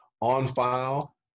on-file